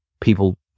people